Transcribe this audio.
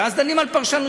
ואז דנים בפרשנויות.